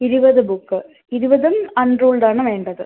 ഇരുപത് ബുക്ക് ഇരുപതും അൺ റൂൾഡാണ് വേണ്ടത്